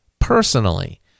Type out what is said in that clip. personally